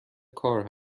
کار